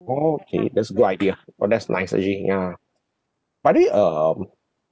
oh okay that's a good idea well that's nice actually ya but are they um